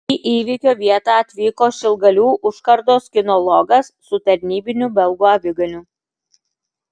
į įvykio vietą atvyko šilgalių užkardos kinologas su tarnybiniu belgų aviganiu